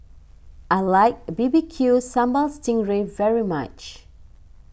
I like B B Q Sambal Sting Ray very much